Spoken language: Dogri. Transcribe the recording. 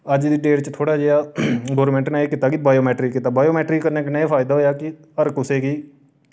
अज्ज दी डेट च थोह्ड़ा जेहा गोरमैंट नै एह् कीत्ता की बायोमेट्रिक कीता बायोमेट्रिक करने कन्नै एह् फायदा होएआ कि हर कुसै कि